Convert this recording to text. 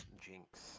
Jinx